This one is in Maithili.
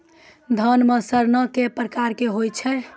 धान म सड़ना कै प्रकार के होय छै?